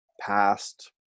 past